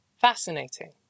fascinating